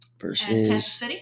versus –